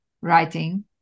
writing